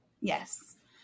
Yes